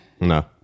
No